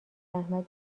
زحمت